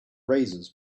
razors